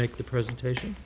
make the presentation